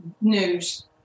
news